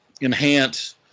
enhance